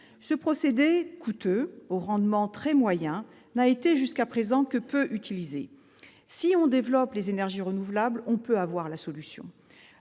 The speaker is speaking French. Ce procédé coûteux, au rendement très moyen, n'a été jusqu'à présent que peu utilisé. Si on développe les énergies renouvelables, on peut avoir la solution.